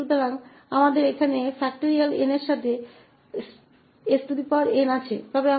तो हमारे पास 1s यहाँ से 𝑛